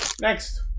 Next